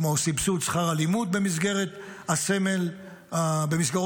כמו סבסוד שכר הלימוד במסגרות הסמל המפוקחות,